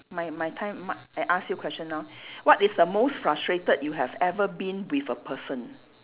my my time my I ask you question now what is the most frustrated you have ever been with a person